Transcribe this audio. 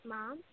Mom